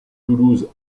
toulouse